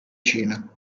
cina